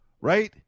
Right